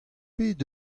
pet